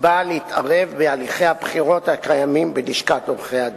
באה להתערב בהליכי הבחירות הקיימים בלשכת עורכי-הדין.